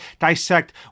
dissect